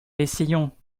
essayons